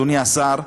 אדוני השר,